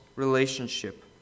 relationship